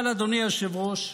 אבל אדוני היושב-ראש,